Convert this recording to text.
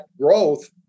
growth